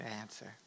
answer